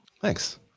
Thanks